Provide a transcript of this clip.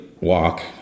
walk